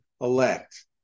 elect